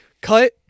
cut